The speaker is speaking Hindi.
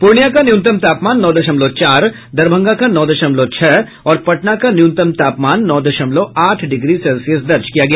पूर्णिया का न्यूनतम तापमान नौ दशमलव चार दरभंगा का नौ दशमलव छह और पटना का न्यूनतम तापमान नौ दशमलव आठ डिग्री सेल्सियस दर्ज किया गया